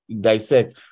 dissect